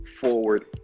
forward